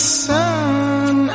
sun